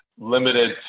limited